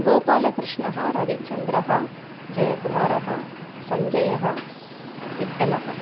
गोपालकृष्णः रविचन्द्रः जयकुमारः सञ्जयः विट्टलः